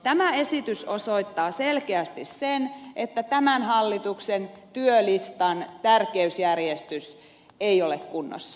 tämä esitys osoittaa selkeästi sen että tämän hallituksen työlistan tärkeysjärjestys ei ole kunnossa